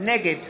נגד